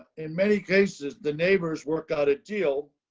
in many cases, the neighbors work out a deal.